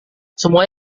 semua